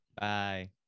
Bye